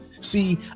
See